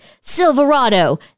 Silverado